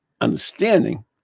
understanding